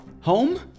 home